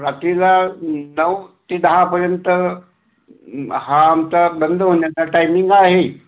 रात्रीला नऊ ते दहापर्यंत हा आमचा बंद होण्याचा टायमिंग आहे